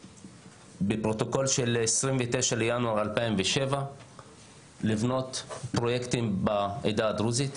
בפרוטוקול של 29 לינואר 2007 לבנות פרויקטים בעדה הדרוזית,